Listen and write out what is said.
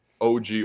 OG